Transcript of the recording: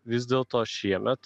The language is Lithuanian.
vis dėl to šiemet